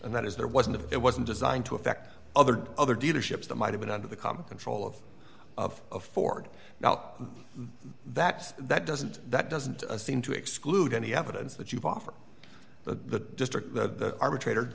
and that is there wasn't of that wasn't designed to affect other other dealerships that might have been under the common control of of ford now that that doesn't that doesn't seem to exclude any evidence that you've offered the district the arbitrator